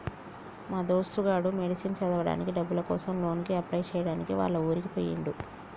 మా దోస్తు గాడు మెడిసిన్ చదవడానికి డబ్బుల కోసం లోన్ కి అప్లై చేయడానికి వాళ్ల ఊరికి పోయిండు